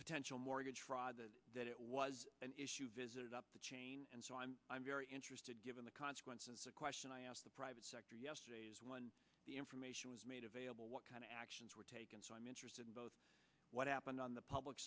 potential mortgage fraud that it was an issue visited up the chain and so i'm i'm very interested given the consequences of question i asked the private sector yesterday as one the information was made available what kind of actions were taken so i'm interested in both what happened on the public